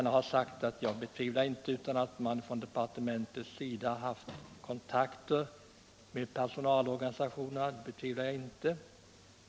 Jag betvivlar inte att departementet har haft kontakt med per sonalorganisationerna.